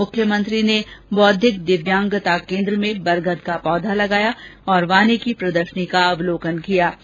मुख्यमंत्री ने बौद्धिक दिव्यांगता केन्द्र में बरगद का पौधा लगाया और वानिकी प्रदर्शनी का अवलोकन किया ै